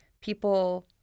people